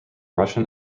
russian